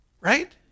right